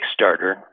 Kickstarter